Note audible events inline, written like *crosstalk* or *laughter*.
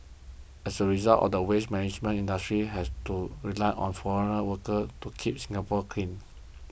as a result *noise* the waste management industry has to rely on foreign workers to keep Singapore clean